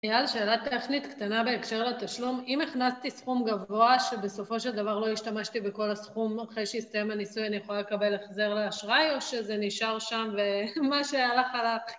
ניאל, שאלה טכנית קטנה בהקשר לתשלום אם הכנסתי סכום גבוה שבסופו של דבר לא השתמשתי בכל הסכום אחרי שהסתיים הניסוי אני יכולה לקבל החזר להשראי או שזה נשאר שם ומה שהלך הלך